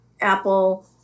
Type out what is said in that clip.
Apple